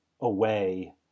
away